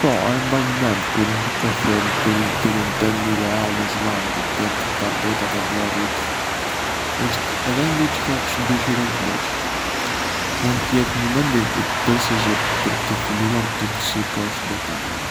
Po, e mbaj mend kur më ke thënë për udhëtimin tënd ideal në Islandë për të parë dritat e veriut. Është ende diçka çë dëshiron të bësh? Mund të jetë momenti i përsosur për të filluar të shikosh detajet.